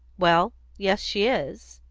well, yes, she is,